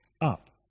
up